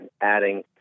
adding